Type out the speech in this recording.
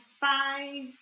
five